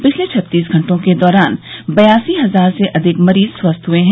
पिछले छत्तीस घंटों के दौरान बयासी हजार से अधिक मरीज स्वस्थ हुए हैं